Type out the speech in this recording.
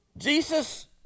Jesus